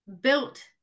built